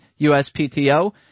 USPTO